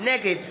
נגד